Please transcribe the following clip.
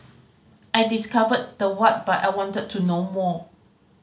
I discovered the what but I wanted to know more